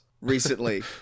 recently